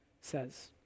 says